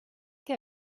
que